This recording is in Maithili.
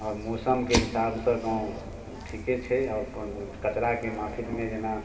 आओर मौसमके हिसाबसँ गाँव ठीके छै आओर कचराके माफिकमे जेना